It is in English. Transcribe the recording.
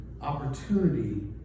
opportunity